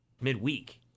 midweek